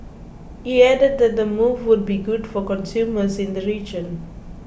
he added that the move will be good for consumers in the region